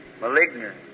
malignant